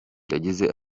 yagize